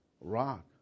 rock